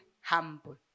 humble